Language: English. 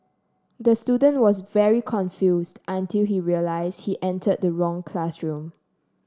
the student was very confused until he realised he entered the wrong classroom